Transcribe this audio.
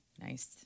Nice